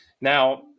Now